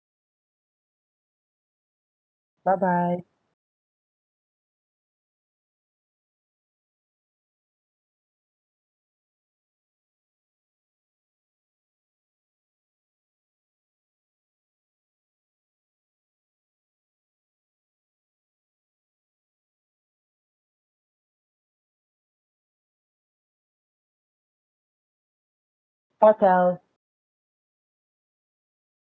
bye bye hotel